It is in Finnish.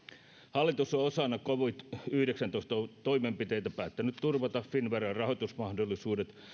hallitus on osana covid yhdeksäntoista toimenpiteitä päättänyt turvata finnveran rahoitusmahdollisuudet